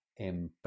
empresa